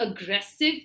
aggressive